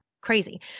crazy